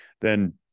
then-